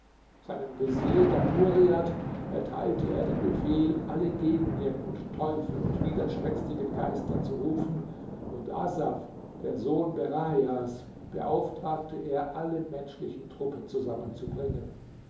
seinem vezier damuriat erteilte er den befehl alle genien und teufel und widerspenstigen geister zu rufen und asaf den sohn berahjas beauftragte er alle menschlichen truppen zusammenzubringen